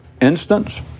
instance